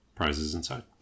prizesinside